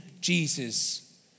Jesus